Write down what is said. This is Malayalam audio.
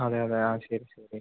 അതെ അതെ ആ ശരി ശരി